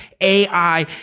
AI